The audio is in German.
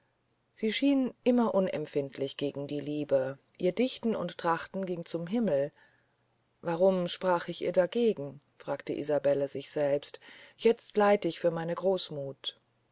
sie schien immer unempfindlich gegen die liebe ihr tichten und trachten ging zum himmel warum sprach ich ihr dagegen fragte isabelle sich selbst jetzt leid ich für meine großmuth